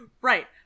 Right